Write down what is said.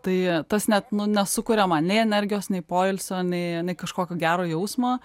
tai tas net nu nesukuria man nei energijos nei poilsio nei nei kažkokio gero jausmo